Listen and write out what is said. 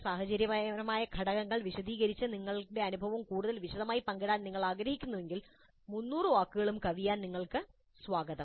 സാഹചര്യപരമായ ഘടകങ്ങൾ വിശദീകരിച്ച് നിങ്ങളുടെ അനുഭവം കൂടുതൽ വിശദമായി പങ്കിടാൻ നിങ്ങൾ ആഗ്രഹിക്കുന്നുവെങ്കിൽ 300 വാക്കുകളും കവിയാൻ നിങ്ങൾക്ക് സ്വാഗതം